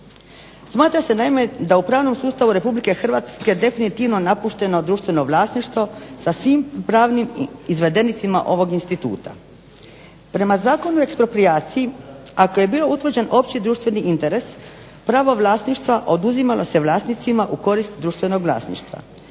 Smatra se naime da u pravnom sustavu RH definitivno napušteno društveno vlasništvo sa svim pravnim … ovog instituta. Prema Zakonu o eksproprijaciji ako je bio utvrđen opći društveni interes pravo vlasništva oduzimalo se vlasnicima u korist društvenog vlasništva.